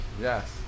Yes